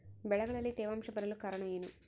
ಬೆಳೆಗಳಲ್ಲಿ ತೇವಾಂಶ ಬರಲು ಕಾರಣ ಏನು?